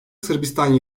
sırbistan